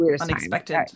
unexpected